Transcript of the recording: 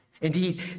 Indeed